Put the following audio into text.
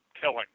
killing